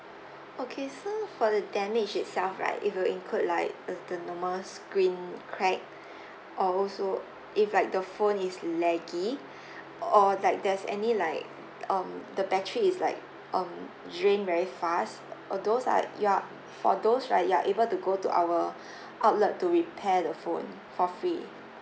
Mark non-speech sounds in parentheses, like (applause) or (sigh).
okay so for the damage itself right it will include like the the normal screen crack (breath) or also if like the phone is laggy (breath) or like there's any like um the battery is like um drained very fast all those are you are for those right you are able to go to our (breath) outlet to repair the phone for free